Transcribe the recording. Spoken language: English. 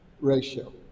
ratio